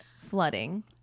flooding